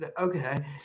Okay